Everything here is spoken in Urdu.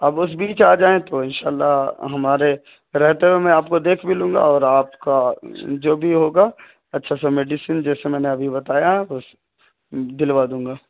آپ اس بیچ آ جائیں تو ان شاء اللہ ہمارے رہتے ہوئے میں آپ کو دیکھ بھی لوں گا اور آپ کا جو بھی ہوگا اچھا سا میڈیسن جیسے میں نے ابھی بتایا دلوا دوں گا